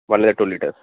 one liters two liters